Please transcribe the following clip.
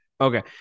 Okay